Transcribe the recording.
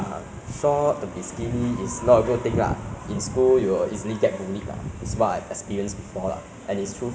not so fit one you know it's like uh short skinny ah people they will usually get ah